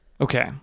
Okay